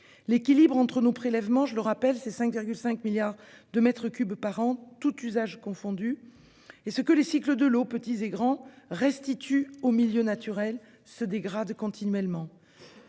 L'équilibre entre nos prélèvements- 5,5 milliards de mètres cubes par an tous usages confondus -et ce que les cycles de l'eau, petits et grands, restituent aux milieux naturels se dégrade continuellement.